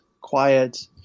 quiet